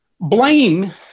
Blame